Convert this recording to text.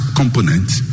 components